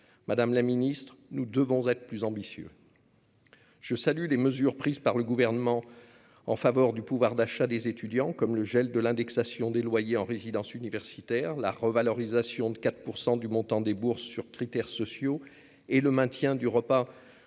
30 % jusqu'en 2025. Nous devons être plus ambitieux ! Je salue les mesures prises par le Gouvernement en faveur du pouvoir d'achat des étudiants, comme le gel de l'indexation des loyers en résidence universitaire, la revalorisation de 4 % du montant des bourses sur critères sociaux et le maintien du repas